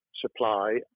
supply